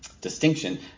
distinction